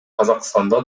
казакстанда